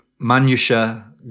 Manusha